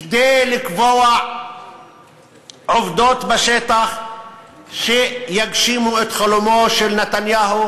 כדי לקבוע עובדות בשטח שיגשימו את חלומו של נתניהו